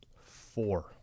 four